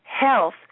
health